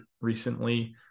recently